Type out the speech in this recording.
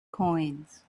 coins